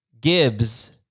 Gibbs